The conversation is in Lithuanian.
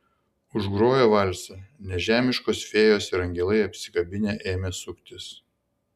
užgrojo valsą nežemiškos fėjos ir angelai apsikabinę ėmė suktis